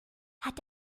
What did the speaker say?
hat